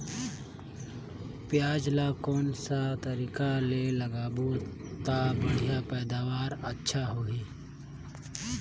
पियाज ला कोन सा तरीका ले लगाबो ता बढ़िया पैदावार अच्छा होही?